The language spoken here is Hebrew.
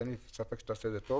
ואין לי ספק שתעשה את זה טוב.